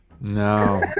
no